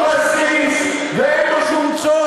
החוק הזה אין לו שום בסיס ואין בו שום צורך.